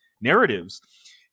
narratives